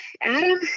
Adam